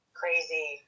crazy